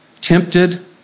tempted